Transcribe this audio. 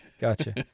gotcha